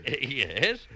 Yes